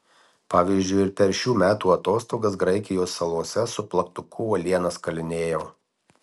pavyzdžiui ir per šių metų atostogas graikijos salose su plaktuku uolienas kalinėjau